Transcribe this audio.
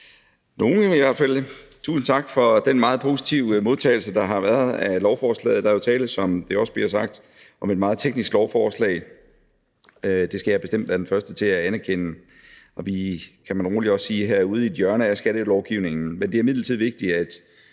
fald for nogle. Tusind tak for den meget positive modtagelse, der har været, af lovforslaget. Der er jo, som det også bliver sagt, tale om et meget teknisk lovforslag. Det skal jeg bestemt være den første til at anerkende, og vi er også her, kan man roligt sige, ude i et hjørne af skattelovgivningen. Men det er imidlertid vigtigt, at